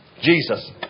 Jesus